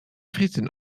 frieten